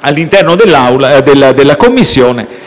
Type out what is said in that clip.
all'interno della Commissione.